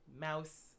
mouse